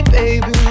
baby